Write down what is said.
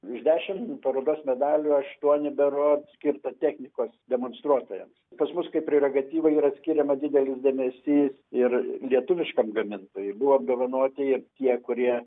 iš dešim parodos medalių aštuoni berods skirta technikos demonstruotojams pas mus kaip prerogatyva yra skiriama didelis dėmesys ir lietuviškam gamintojui buvo apdovanoti ir tie kurie